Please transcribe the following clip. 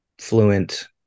fluent